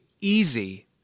easy